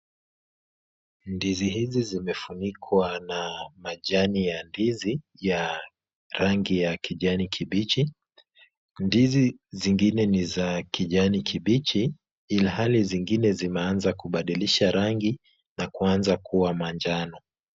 Ndizi hizi zimefunikwa na majani ya ndizi ya rangi ya kijani kibichi. Ndizi zingine ni za kijani kibichi, ilhali zingine zimeanza kubadilisha rangi na kuanza kuwa manjano.